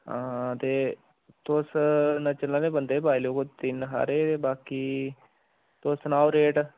हां ते तुस नच्चने आह्ले बंदे बी पाई लैओ कोई तिन हारे बाकी तुस सनाओ रेट